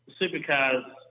Supercars